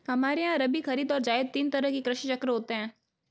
हमारे यहां रबी, खरीद और जायद तीन तरह के कृषि चक्र होते हैं